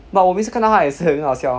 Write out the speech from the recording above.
but 我每次看到他也是很好笑